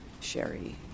Sherry